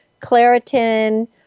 Claritin